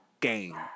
game